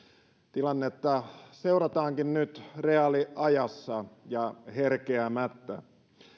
tilannetta seurataankin nyt reaaliajassa ja herkeämättä